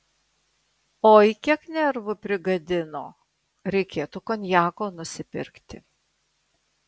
oi kiek nervų prigadino reikėtų konjako nusipirkti